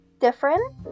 different